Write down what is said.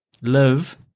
live